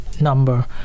number